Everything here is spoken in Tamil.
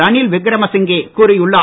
ரனில் விக்ரமசிங்கே கூறியுள்ளார்